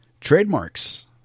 Trademarks